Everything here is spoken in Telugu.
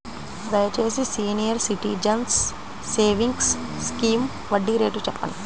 దయచేసి సీనియర్ సిటిజన్స్ సేవింగ్స్ స్కీమ్ వడ్డీ రేటు చెప్పండి